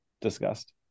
discussed